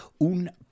un